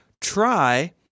try